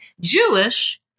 Jewish